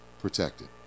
protected